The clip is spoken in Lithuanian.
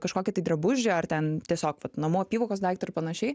kažkokį tai drabužį ar ten tiesiog vat namų apyvokos daiktą ar panašiai